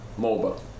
MOBA